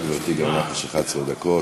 גם לך יש 11 דקות.